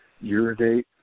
Urinate